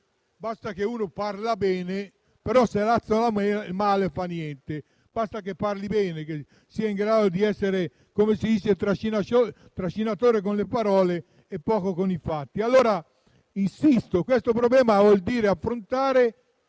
basta che uno parli bene, e se razzola male non fa niente. Basta che parli bene, che sia in grado di essere - come si dice - trascinatore con le parole e poco con i fatti. Insisto che questo problema vuol dire affrontare